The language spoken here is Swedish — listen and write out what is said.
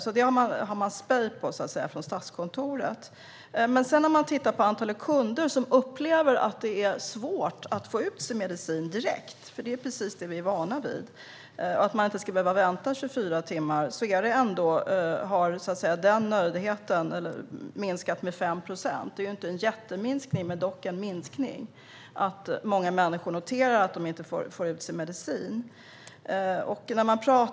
Detta har Statskontoret spej på, så att säga. Man har tittat på antalet kunder som upplever att det är svårt att få ut sin medicin direkt. Vi är ju vana vid att man inte ska behöva vänta 24 timmar. Där har nöjdheten minskat med 5 procent. Det är inte en jätteminskning, men dock en minskning. Många människor får inte ut sin medicin.